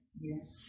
Yes